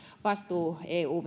eu